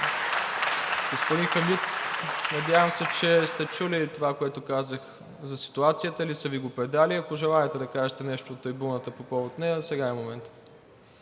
Господин Хамид, надявам се, че сте чули това, което казах за ситуацията, или са Ви го предали. Ако желаете да кажете нещо от трибуната по повод нея, сега е моментът.